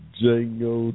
Django